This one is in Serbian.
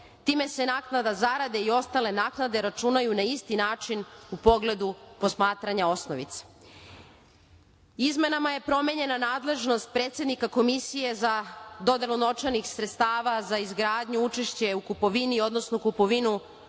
Time se naknada zarada i ostale naknade računaju na isti način u pogledu posmatranja osnovice. Izmenama je promenjena nadležnost predsednika Komisije za dodelu novčanih sredstava za izgradnju, učešće u kupovini, odnosno kupovinu